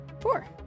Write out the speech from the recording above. Four